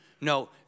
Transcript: No